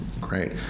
Great